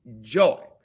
joy